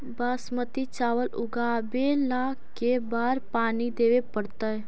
बासमती चावल उगावेला के बार पानी देवे पड़तै?